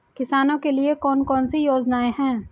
किसानों के लिए कौन कौन सी योजनाएं हैं?